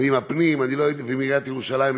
הפנים ועיריית ירושלים.